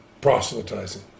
proselytizing